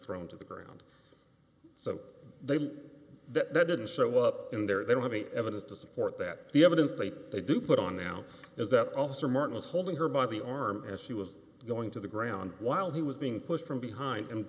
thrown to the ground so they beat that they didn't show up in there they don't have evidence to support that the evidence that they do put on them is that officer martin was holding her by the arm as she was going to the ground while he was being pushed from behind and